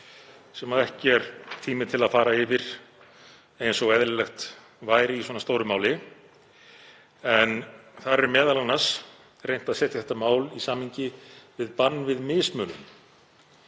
sem ekki gefst tími til að fara yfir eins og eðlilegt væri í svona stóru máli. Þar er m.a. reynt að setja þetta mál í samhengi við bann við mismunun